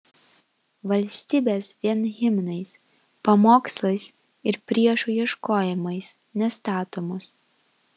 valstybės vien himnais pamokslais ir priešų ieškojimais nestatomos